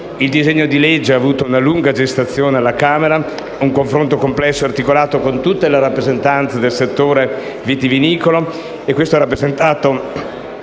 Il disegno di legge ha avuto una lunga gestazione alla Camera, in un confronto complesso e articolato con tutte le rappresentanze del settore vitivinicolo e ciò ha rappresentato